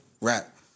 rap